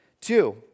Two